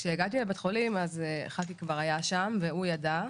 כשהגעתי לבית החולים, חקי כבר היה שם והוא ידע,